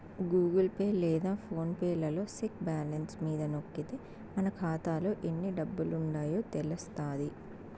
Google Pay లేదా PhonePe లలో check balance మీద నొక్కితే మన కాతాలో ఎన్ని డబ్బులుండాయో తెలస్తాది